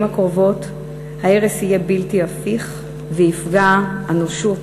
הקרובות ההרס יהיה בלתי הפיך ויפגע אנושות,